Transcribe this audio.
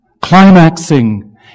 climaxing